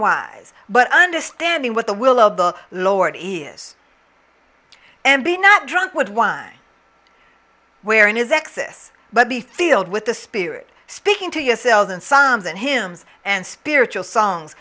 unwise but understanding what the will of the lord is and be not drunk with wine wherein is excess but be filled with the spirit speaking to yourselves and signs and him and spiritual songs